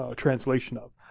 ah translation of.